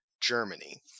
Germany